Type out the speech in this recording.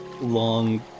long